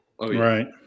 Right